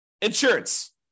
insurance